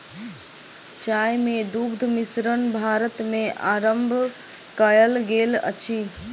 चाय मे दुग्ध मिश्रण भारत मे आरम्भ कयल गेल अछि